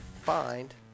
find